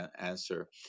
answer